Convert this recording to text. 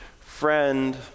friend